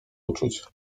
uczuć